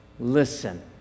Listen